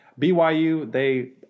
BYU—they